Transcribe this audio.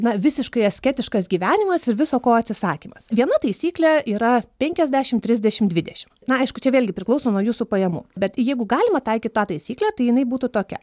na visiškai asketiškas gyvenimas ir viso ko atsisakymas viena taisyklė yra penkiasdešim trisdešim dvidešim na aišku čia vėlgi priklauso nuo jūsų pajamų bet jeigu galima taikyti tą taisyklę tai jinai būtų tokia